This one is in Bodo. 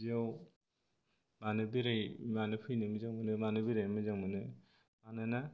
बिदियाव मानो बेरायो मानो फैनो मोजां मोनो मानो बेरायनो मोजां मोनो मानोना